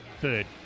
third